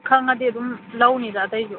ꯈꯪꯉꯗꯤ ꯑꯗꯨꯝ ꯂꯧꯅꯤꯗ ꯑꯇꯩꯁꯨ